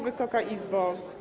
Wysoka Izbo!